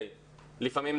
לפעמים,